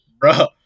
bro